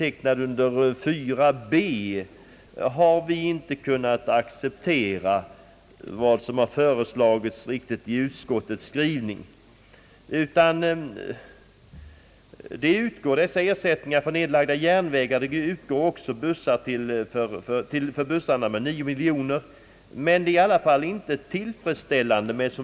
Vi har därför fogat en reservation, betecknad b, till punkten 4. Utöver de 205 miljoner kronor som utgår som ersättningar för nedlagda järnvägar avses också 9 miljoner för nedlagda busslinjer. Den nuvarande ordningen är dock inte tillfredsställande.